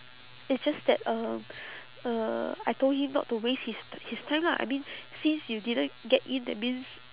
it's just that um uh I told him not to waste his t~ his time lah I mean since you didn't get in that means